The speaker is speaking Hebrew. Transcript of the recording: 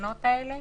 המסכנות האלה,